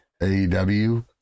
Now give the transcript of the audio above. AEW